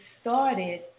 started